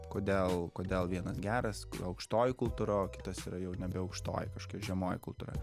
kodėl kodėl vienas geras aukštoji kultūra o kitos yra jau nebe aukštoji kažkokia žemoji kultūra